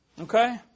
Okay